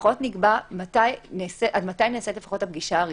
שלפחות נקבע עד מתי נעשית הפגישה הראשונה.